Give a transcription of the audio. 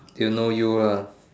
they don't know you ah